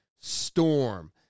storm